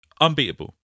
unbeatable